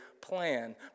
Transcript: plan